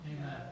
Amen